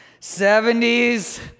70s